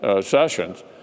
sessions